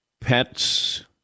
pets